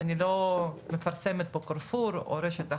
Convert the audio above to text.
אני לא מפרסמת פה את 'קרפור' או רשת אחרת,